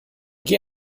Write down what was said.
geh